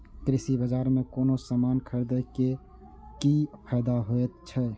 कृषि बाजार में कोनो सामान खरीदे के कि फायदा होयत छै?